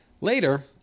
Later